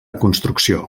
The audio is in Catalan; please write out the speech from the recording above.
construcció